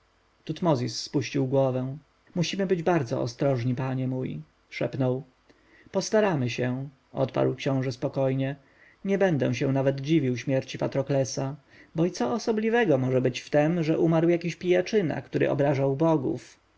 tutmozis spuścił głowę musimy być bardzo ostrożni panie mój szepnął postaramy się odparł książę spokojnie nie będę się nawet dziwił śmierci patroklesa bo i co osobliwego może być w tem że umarł jakiś pijaczyna który obrażał bogów